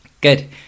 Good